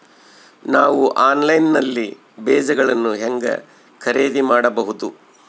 ನಾವು ಆನ್ಲೈನ್ ನಲ್ಲಿ ಬೇಜಗಳನ್ನು ಹೆಂಗ ಖರೇದಿ ಮಾಡಬಹುದು?